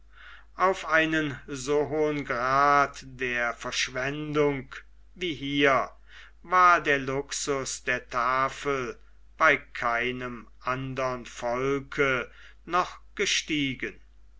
auf einen so hohen grad der verschwendung wie hier war der luxus der tafel bei keinem andern volke noch gestiegen